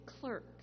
clerk